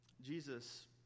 Jesus